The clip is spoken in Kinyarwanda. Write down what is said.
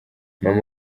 mama